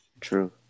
True